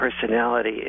personality